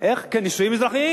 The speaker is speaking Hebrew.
נישואים אזרחיים.